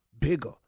bigger